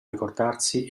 ricordarsi